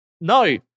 No